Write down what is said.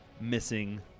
missing